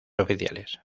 oficiales